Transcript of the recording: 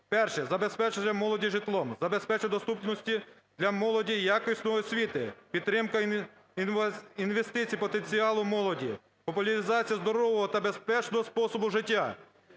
перше – забезпечення молоді житлом; забезпечення доступності для молоді якісної освіти; підтримка інвестицій потенціалу молоді; популяризація здорового та безпечного способу життя.